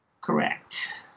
Correct